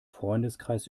freundeskreis